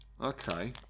Okay